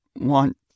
want